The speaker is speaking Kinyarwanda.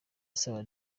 asaba